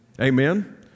Amen